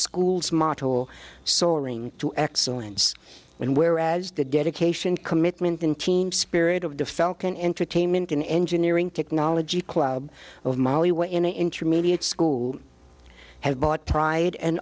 school's model soaring to excellence and whereas the dedication commitment in team spirit of the fell can entertainment in engineering technology of mali were in intermediate school have bought pride and